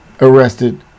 arrested